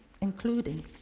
including